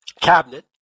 cabinet